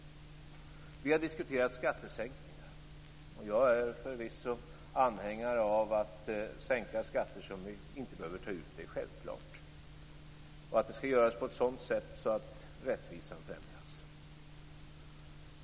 Vi har diskuterat skattesänkningar. Jag är förvisso anhängare av att man skall sänka skatter som vi inte behöver ta ut. Det är självklart. Och det skall göras på ett sådant sätt att rättvisan främjas.